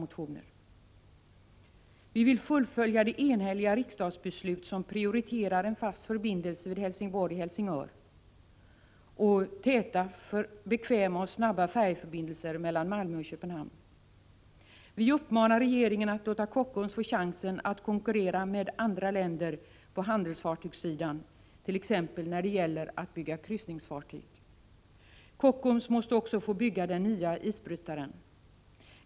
Vi vill fullfölja det enhälliga riksdagsbeslut som prioriterar en fast förbindelse Helsingborg-Helsingör. Vi föreslår täta, bekväma och snabba färjeförbindelser mellan Malmö och Köpenhamn. Vi uppmanar regeringen att låta Kockums få chansen att konkurrera med andra länder på handelsfartygssidan när det t.ex. gäller att bygga kryssningsfartyg. Kockums måste också få bygga den nya isbrytaren.